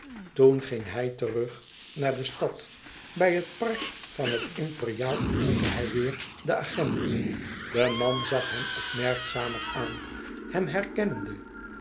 toen ging hij terug naar de stad bij het park van het imperiaal ontmoette hij weêr den agent de man zag hem opmerkzamer aan hem herkennende